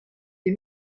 des